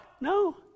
No